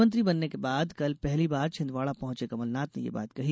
मुख्यमंत्री बनने के बाद कल पहली बार छिन्दवाड़ा पहॅचे कमलनाथ ने ये बात कहीं